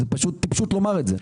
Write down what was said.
זה פשוט טיפשות לומר את זה.